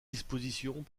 dispositions